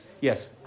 Yes